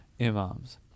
Imams